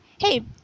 hey